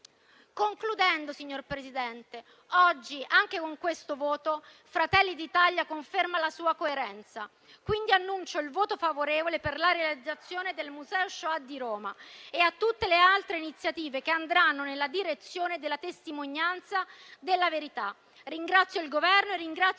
Concludendo, signor Presidente, oggi, anche con questo voto, Fratelli d'Italia conferma la sua coerenza. Quindi annuncio il voto favorevole alla realizzazione del Museo della Shoah di Roma e a tutte le altre iniziative che andranno nella direzione della testimonianza della verità. Ringrazio il Governo e ringrazio